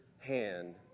hand